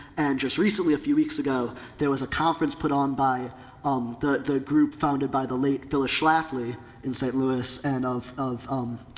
and just recently a few weeks ago, there was a conference put on by um the, the group founded by the late phyllis schlafly in st. louis and of, of, um,